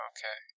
Okay